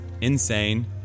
Insane